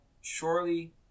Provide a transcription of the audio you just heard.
Surely